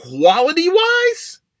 quality-wise